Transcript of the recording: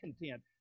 content